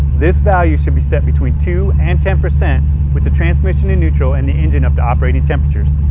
this value should be set between two and ten percent with the transmission in neutral and the engine up to operating temperatures.